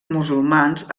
musulmans